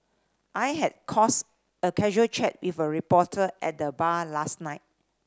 I had cause a casual chat with a reporter at the bar last night